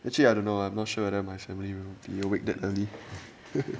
actually I don't know I'm not sure whether my family will be awake that early